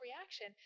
reaction